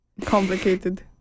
complicated